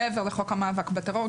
מעבר לחוק המאבק בטרור,